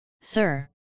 sir